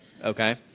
Okay